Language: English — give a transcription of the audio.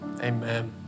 amen